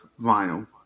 vinyl